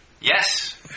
Yes